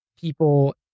people